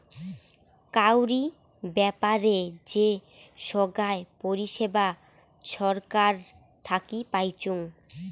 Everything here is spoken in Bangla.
কাউরি ব্যাপারে যে সোগায় পরিষেবা ছরকার থাকি পাইচুঙ